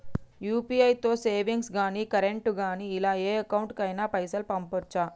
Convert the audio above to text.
UPI తో savings గాని current గాని ఇలా ఏ అకౌంట్ కైనా పైసల్ పంపొచ్చా?